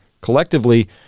collectively